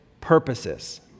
purposes